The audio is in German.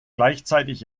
gleichzeitig